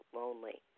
lonely